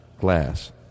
glass